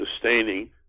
sustaining